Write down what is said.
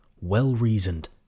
well-reasoned